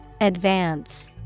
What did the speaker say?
Advance